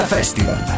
Festival